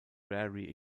rarely